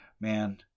man